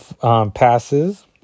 passes